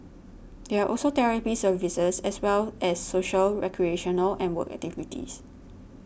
there are also therapy services as well as social recreational and work activities